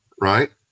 right